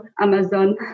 Amazon